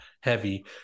heavy